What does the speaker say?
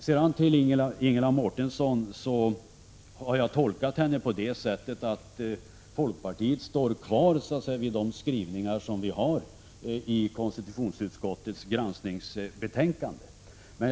Jag har tolkat Ingela Mårtensson på det sättet att folkpartiet står fast vid skrivningarna i konstitutionsutskottets granskningsbetänkande.